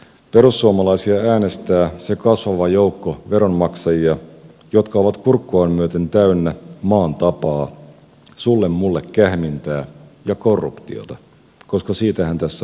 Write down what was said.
perussuomalaisia äänestää se kasvava joukko veronmaksajia joka on kurkkuaan myöten täynnä maan tapaa sullemulle kähmintää ja korruptiota koska siitähän tässä on kysymys